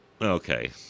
Okay